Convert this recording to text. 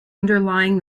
underlying